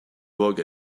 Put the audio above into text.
vogue